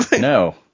no